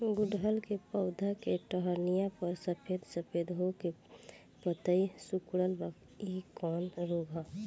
गुड़हल के पधौ के टहनियाँ पर सफेद सफेद हो के पतईया सुकुड़त बा इ कवन रोग ह?